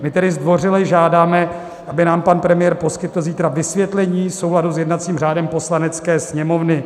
My tedy zdvořile žádáme, aby nám pan premiér poskytl zítra vysvětlení v souladu s jednacím řádem Poslanecké sněmovny.